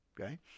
Okay